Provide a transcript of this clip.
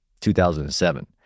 2007